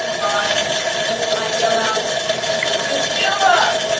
i i yell out issylra!